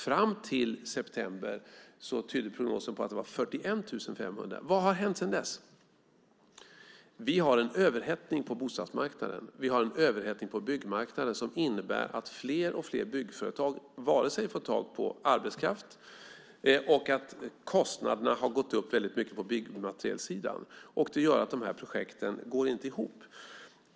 Fram till september tydde prognosen på att det var 41 500. Vad har hänt sedan dess? Vi har en överhettning på bostadsmarknaden. Vi har en överhettning på byggmarknaden som innebär att fler och fler byggföretag inte får tag på arbetskraft och att kostnaderna för byggmateriel har gått upp starkt. Det gör att de här projekten inte går ihop.